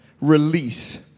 release